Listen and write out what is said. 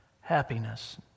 happiness